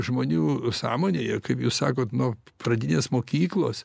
žmonių sąmonėje kaip jūs sakot nuo pradinės mokyklos